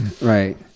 right